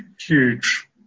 huge